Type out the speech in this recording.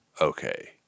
okay